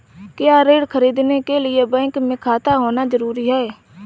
क्या ऋण ख़रीदने के लिए बैंक में खाता होना जरूरी है?